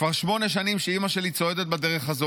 כבר שמונה שנים שאימא שלי צועדת בדרך הזו